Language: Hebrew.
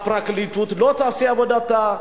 שהפרקליטות לא תעשה את עבודתה.